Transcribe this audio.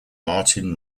martin